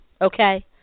Okay